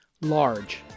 large